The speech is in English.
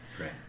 right